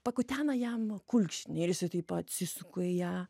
pakutena jam kulkšnį ir jisai taip atsisuka į ją